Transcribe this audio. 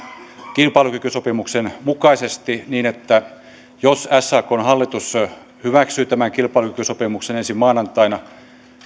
kilpailukykysopimuksen mukaisesti niin että jos sakn hallitus hyväksyy tämän kilpailukykysopimuksen ensi maanantaina